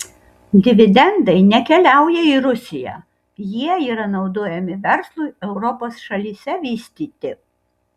dividendai nekeliauja į rusiją jie yra naudojami verslui europos šalyse vystyti